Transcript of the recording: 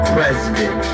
President